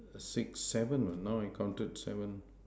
six seven now I counted seven